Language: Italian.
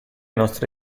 nostre